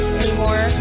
anymore